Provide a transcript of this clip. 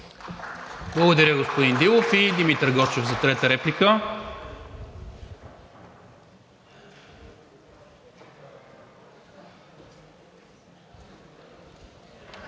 Благодаря, господин Дилов. Димитър Гочев – за трета реплика.